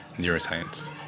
neuroscience